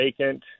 vacant